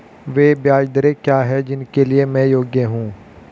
वे ब्याज दरें क्या हैं जिनके लिए मैं योग्य हूँ?